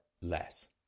less